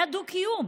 היה דו-קיום.